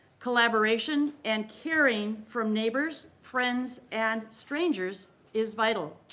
collaboration and caring from neighbors, friends and strangers is vital.